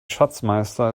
schatzmeister